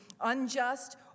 unjust